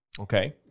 Okay